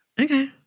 okay